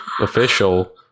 official